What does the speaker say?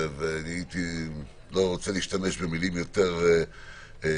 אני לא רוצה להשתמש במילים יותר גדולות,